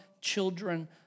children